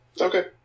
Okay